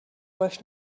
باش